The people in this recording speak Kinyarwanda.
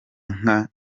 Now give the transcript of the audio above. nka